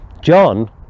john